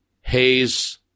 Hayes